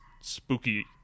spooky